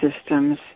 systems